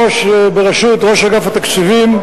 בראשות ראש אגף התקציבים,